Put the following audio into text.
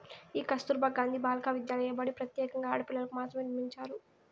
ఈ కస్తుర్బా గాంధీ బాలికా విద్యాలయ బడి ప్రత్యేకంగా ఆడపిల్లలకు మాత్రమే నిర్మించారు